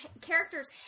characters